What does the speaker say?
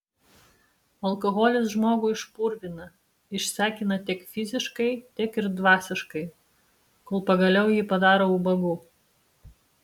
alkoholis žmogų išpurvina išsekina tiek fiziškai tiek ir dvasiškai kol pagaliau jį padaro ubagu